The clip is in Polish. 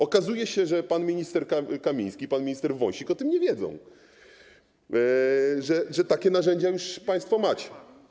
Okazuje się, że pan minister Kamiński ani pan minister Wąsik o tym nie wiedzą, że takie narzędzia już państwo macie.